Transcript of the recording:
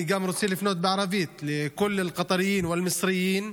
אני רוצה לפנות גם בערבית: (אומר דברים בשפה הערבית,